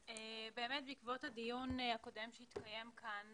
בעקבות הדיון הקודם שהתקיים כאן